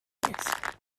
desk